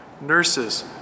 Nurses